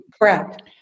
Correct